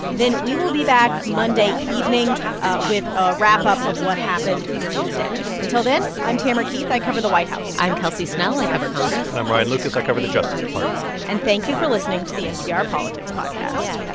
then we will be back monday evening with a wrap-up of what happened during the day. until then, i'm tamara keith. i cover the white house i'm kelsey snell. i cover congress and i'm ryan lucas. i cover the justice department and thank you for listening to the npr politics podcast